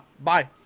Bye